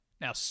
Now